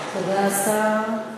תודה, השר.